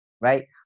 Right